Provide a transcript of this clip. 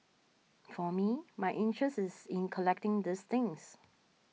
for me my interest is in collecting these things